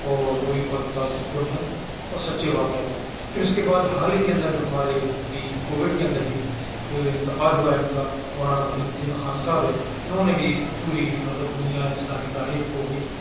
اور وہ بھی بہت متأثرکن ہیں اور سچے واقعات ہیں پھر اس کے بعد حال ہی کے اندر جو ہمارے ابھی کووڈ کے اندر ہی انتقال ہوا ہے ان کا مولانا وحید الدین خان صاحب ہیں انہوں نے بھی پوری مطلب دنیا اسلامی تاریخ کو بھی